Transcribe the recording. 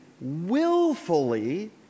willfully